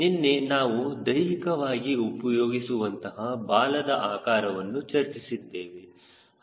ನಿನ್ನೆ ನಾವು ದೈಹಿಕವಾಗಿ ಉಪಯೋಗಿಸುವಂತಹ ಬಾಲದ ಆಕಾರವನ್ನು ಚರ್ಚಿಸಿದ್ದೇವೆ